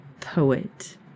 Poet